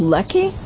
Lucky